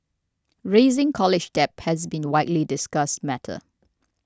rising college debt has been a widely discussed matter